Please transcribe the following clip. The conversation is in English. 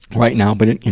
right now. but it, you